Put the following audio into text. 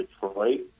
Detroit